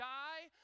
die